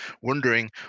wondering